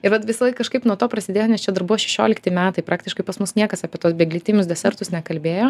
i vat visąlaik kažkaip nuo to prasidėjo nes čia dar buvo šešiolikti metai praktiškai pas mus niekas apie tuos beflitimius desertus nekalbėjo